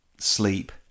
Sleep